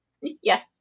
Yes